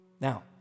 Now